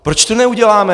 Proč to neuděláme?